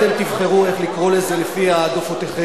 אתם תבחרו איך לקרוא לזה לפי העדפותיכם.